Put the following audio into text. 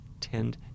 tend